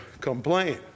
complain